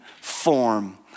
form